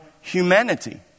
humanity